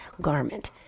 garment